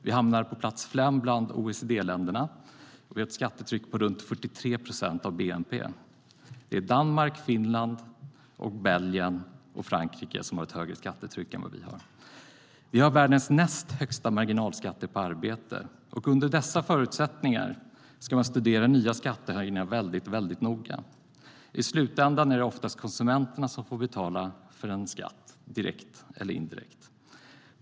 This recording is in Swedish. Vi hamnar på plats fem bland OECD-länderna med ett skattetryck på runt 43 procent av bnp. Danmark, Finland, Belgien och Frankrike har ett högre skattetryck än vi har. Vi har världens näst högsta marginalskatter på arbete. Under dessa förutsättningar ska man studera nya skattehöjningar väldigt noga. I slutändan är det oftast konsumenterna som får betala för en skatt, direkt eller indirekt.